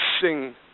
sing